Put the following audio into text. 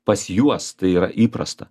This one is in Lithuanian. pas juos tai yra įprasta